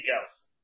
else